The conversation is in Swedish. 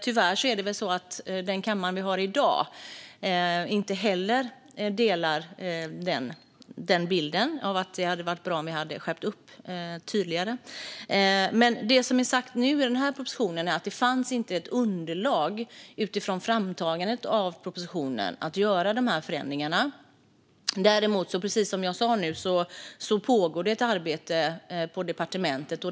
Tyvärr delar inte heller den kammare vi har i dag bilden att det skulle vara bra om vi skärper upp tydligare. Det som är sagt i den här propositionen är att det, utifrån framtagandet av propositionen, inte fanns underlag för att göra de förändringarna. Däremot pågår som sagt ett arbete på departementet.